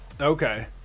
Okay